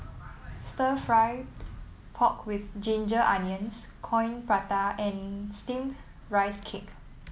Stir Fried Pork with Ginger Onions Coin Prata and steamed Rice Cake